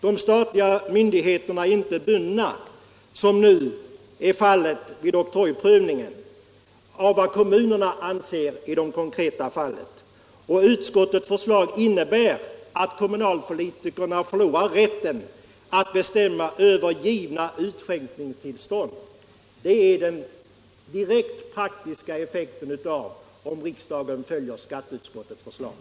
De statliga myndigheterna är inte bundna, som nu är fallet vid oktrojprövningen, av vad kommunerna anser i de konkreta fallen, och utskottets förslag innebär att kommunalpolitikerna förlorar rätten att bestämma över givna utskänkningstillstånd. Det är den direkta praktiska effekten av om riksdagen följer skatteutskottets förslag.